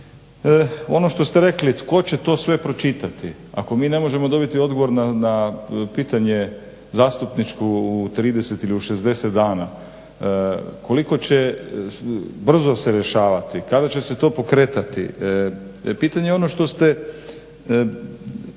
Ono što ste rekli tko će to sve pročitati, ako mi ne možemo dobiti odgovor na pitanje zastupničko u 30 ili 60 dana. Koliko će brzo se rješavati, kada će se to pokretati, pitanje je ono što ste